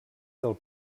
del